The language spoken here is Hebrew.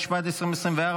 התשפ"ד 2024,